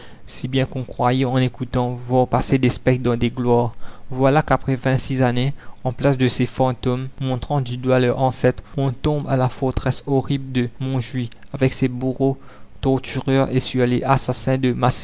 si bien qu'on croyait en écoutant voir passer des spectres dans des gloires voilà qu'après vingt-six années en place de ces fantômes montrant du doigt leurs ancêtres on tombe à la forteresse horrible de montjuich avec ses bourreaux tortureurs et sur les assassins de